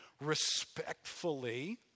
respectfully